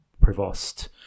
Prevost